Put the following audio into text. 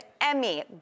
Emmy